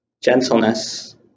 gentleness